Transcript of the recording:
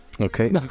okay